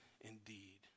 indeed